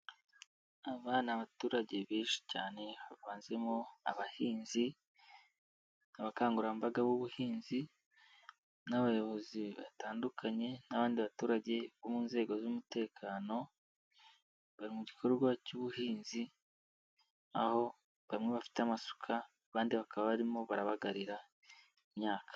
Aba ni abaturage benshi cyane, havanzemo abahinzi, abakangurambaga b'ubuhinzi n'abayobozi batandukanye, n'abandi baturage bo mu nzego z'umutekano, bari mu gikorwa cy'ubuhinzi, aho bamwe bafite amasuka, abandi bakaba barimo barabagarira imyaka.